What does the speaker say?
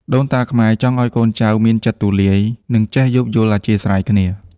ដូនតាខ្មែរចង់ឱ្យកូនចៅមានចិត្តទូលាយ និងចេះយោគយល់អធ្យាស្រ័យគ្នា។